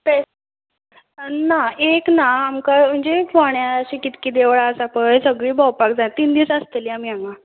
तेंच ना एक ना आमकां म्हणजे फोंड्यां अशीं कितकी देवळां आसा पय सगळीं भोंवपाक जाय तीन दीस आसतलीं आमी हांगां